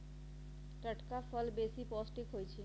टटका फल बेशी पौष्टिक होइ छइ